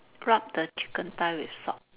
rub the chicken thigh with salt